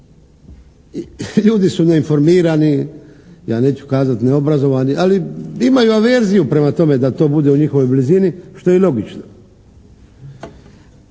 Ljudi su neinformirani, ja neću kazati neobrazovani, ali imaju averziju prema tome da to bude u njihovoj blizini što je i logično.